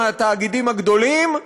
מהתאגידים הגדולים,